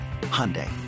Hyundai